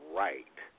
right